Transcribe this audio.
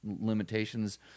limitations